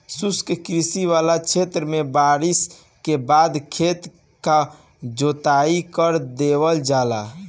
शुष्क कृषि वाला क्षेत्र में बारिस के बाद खेत क जोताई कर देवल जाला